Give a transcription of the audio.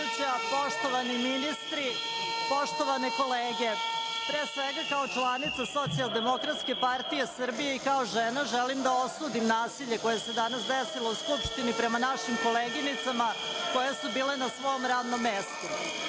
poštovani ministri, poštovane kolege, pre svega, kao članica SDPS i kao žena, želim da osudim nasilje koje se danas desilo u Skupštini prema našim koleginicama, a koje su bile na svom radnom mestu.